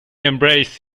embrace